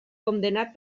condemnat